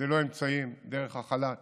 ללא אמצעים דרך החל"ת